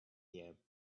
their